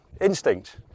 instinct